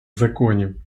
законів